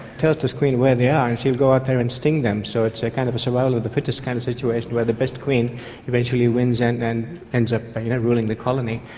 tells this queen where they are and she will go out there and sting them. so it's a kind of survival of the fittest kind of situation where the best queen eventually wins and and ends up ruling the colony.